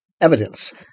evidence